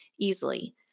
easily